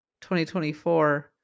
2024